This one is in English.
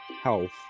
health